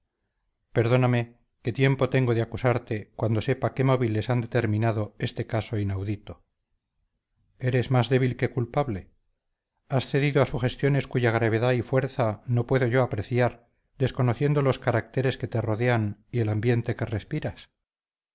perdóname que tiempo tengo de acusarte cuando sepa qué móviles han determinado este caso inaudito eres más débil que culpable has cedido a sugestiones cuya gravedad y fuerza no puedo yo apreciar desconociendo los caracteres que te rodean y el ambiente que respiras